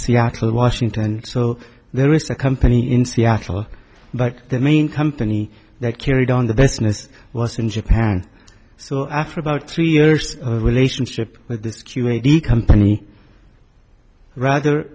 seattle washington so there is a company in seattle but the main company that carried on the best miss was in japan so after about three years the relationship with the security company rather